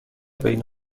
بین